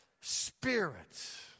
Spirit